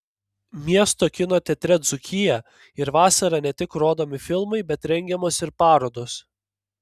miesto kino teatre dzūkija ir vasarą ne tik rodomi filmai bet rengiamos ir parodos